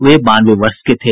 वे बानवे वर्ष के थे